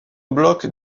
bloc